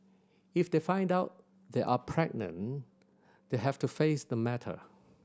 if they find out they are pregnant they have to face the matter